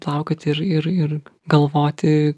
plaukioti ir ir ir galvoti